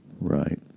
right